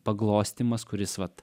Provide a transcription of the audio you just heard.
paglostymas kuris vat